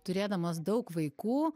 turėdamos daug vaikų